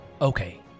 okay